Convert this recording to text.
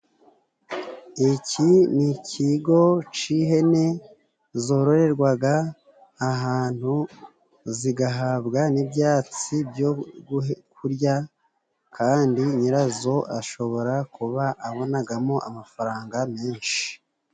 Iki ni ikigo c'ihene zororerwaga ahantu zigahabwa n'ibyatsi byo guhe kurya, kandi nyirazo ashobora kuba abonagamo amafaranga menshi.